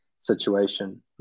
situation